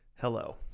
Hello